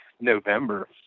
November